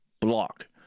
block